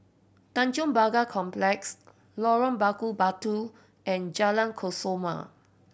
Tanjong Pagar Complex Lorong Bakar Batu and Jalan Kesoma